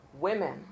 women